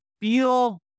feel